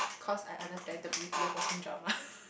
cause I understand the beauty of watching drama